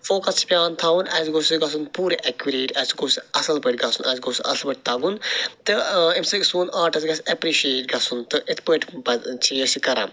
focus چھُ پیٚوان تھاوُن اسہِ گوٚژھ یہِ گَژھُن پوٗرٕ ایٚکوریٹ اسہِ گوٚژھ اصٕل پٲٹھۍ گَژُھن اسہِ گوٚژھ اصٕل پٲٹھۍ تَگُن تہٕ ٲں اَمہِ سۭتۍ سون آرٹٕس گَژھہِ ایٚپرِشیٹ گَژھُن تہٕ یِتھ پٲٹھۍ چھِ أسۍ یہِ کران